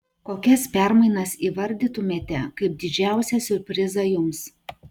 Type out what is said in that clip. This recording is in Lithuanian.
kokias permainas įvardytumėte kaip didžiausią siurprizą jums